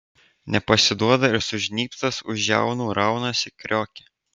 nepasiduoda ir sužnybtas už žiaunų raunasi kriokia